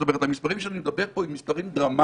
זאת אומרת שהמספרים שאני מדבר פה עליהם הם מספרים דרמטיים.